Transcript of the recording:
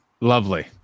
Lovely